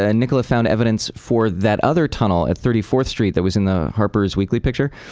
ah nicola found evidence for that other tunnel at thirty fourth street that was in the harper's weekly picture.